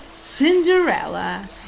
Cinderella